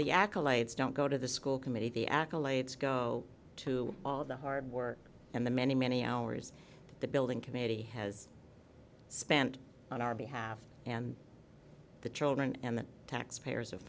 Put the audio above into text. the accolades don't go to the school committee the accolades go to all of the hard work and the many many hours the building committee has spent on our behalf and the children and the taxpayers